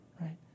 right